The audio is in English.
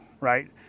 right